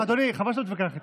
אדוני, חבל שאתה מתווכח איתי.